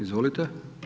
Izvolite.